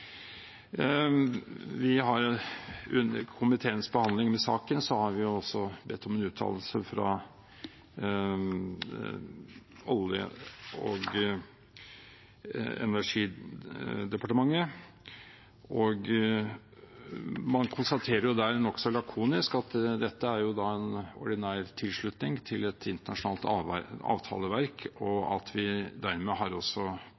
Under komiteens behandling av saken har vi bedt om en uttalelse fra Olje- og energidepartementet. Man konstaterer der nokså lakonisk at dette er en ordinær tilslutning til et internasjonalt avtaleverk, og at vi dermed har